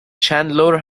چندلر